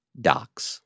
Docs